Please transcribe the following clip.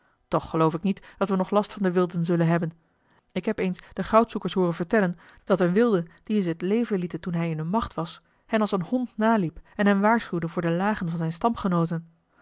toch geloof ik niet dat we nog last van de wilden zullen hebben ik heb eens de goudzoekers hooren vertellen dat een wilde dien ze het leven lieten toen hij in hunne macht was hen als een hond naliep en hen waarschuwde voor de lagen van